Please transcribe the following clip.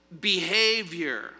behavior